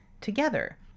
together